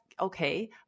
Okay